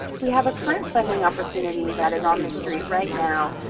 we have a current funding opportunity that is on the street right now.